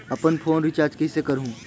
अपन phone recharge कइसे करहु?